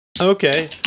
okay